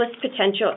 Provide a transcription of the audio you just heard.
potential